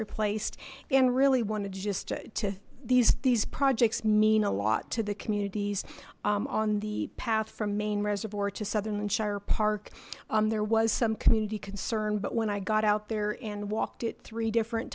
replaced and really wanted just to these these projects mean a lot to the communities on the path from maine reservoir to southern and shire park there was some community concern but when i got out there and walked it three different